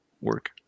work